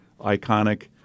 iconic